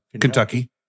Kentucky